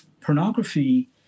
Pornography